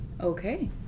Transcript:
Okay